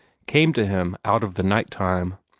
came to him out of the night-time.